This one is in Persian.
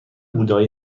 بودایی